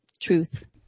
truth